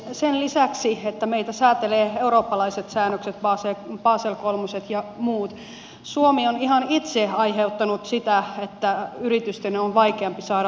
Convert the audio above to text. sen lisäksi että meitä säätelevät eurooppalaiset säännökset basel iiit ja muut suomi on ihan itse aiheuttanut sitä että yritysten on vaikeampi saada luottoa